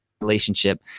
relationship